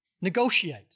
Negotiate